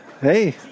Hey